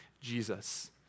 Jesus